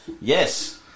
Yes